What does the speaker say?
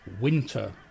winter